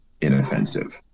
inoffensive